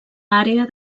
àrea